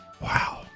Wow